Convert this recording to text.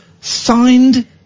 signed